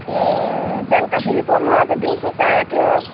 ए बेलुकाखेरि पो मलाई त दिउँसो चाहिएको थियो